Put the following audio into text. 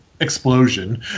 explosion